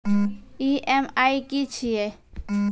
EMI की छिये?